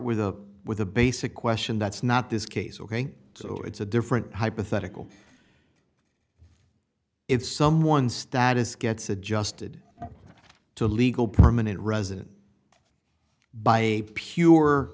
with a with a basic question that's not this case ok so it's a different hypothetical it's someone status gets adjusted to legal permanent resident by pure